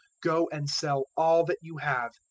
go and sell all that you have,